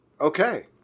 Okay